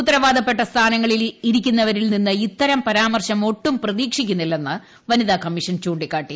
ഉത്തരവാദപ്പെട്ട സ്ഥാനങ്ങളിൽ ഇരിക്കുന്നവരിൽ നിന്ന് ഇത്തരം പരാമർശം ഒട്ടും പ്രതീക്ഷിക്കുന്നില്ലെന്ന് വനിതാ കമ്മീഷൻ ചൂണ്ടിക്കാട്ടി